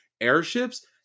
airships